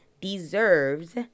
deserves